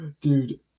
Dude